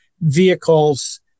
vehicles